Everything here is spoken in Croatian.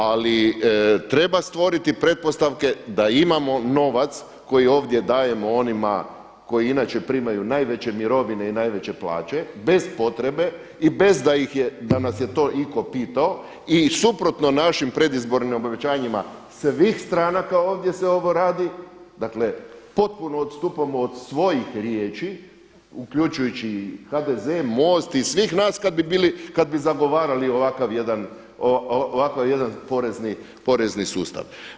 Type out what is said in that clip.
Ali treba stvoriti pretpostavke da imao novac koji ovdje dajemo onima koji inače primaju najveće mirovine i najveće plaće bez potrebe i bez da nas je to itko pitao i suprotno našim predizbornim obećanjima svih stranaka ovdje se ovo radi, dakle potpuno odstupamo od svojih riječi uključujući i HDZ, MOST i svih nas kad bi zagovarali ovakav jedan porezni sustav.